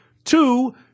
Two